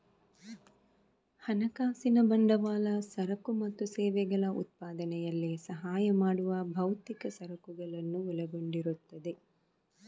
ಹಣಕಾಸಿನ ಬಂಡವಾಳ ಸರಕು ಮತ್ತು ಸೇವೆಗಳ ಉತ್ಪಾದನೆಯಲ್ಲಿ ಸಹಾಯ ಮಾಡುವ ಭೌತಿಕ ಸರಕುಗಳನ್ನು ಒಳಗೊಂಡಿರುತ್ತದೆ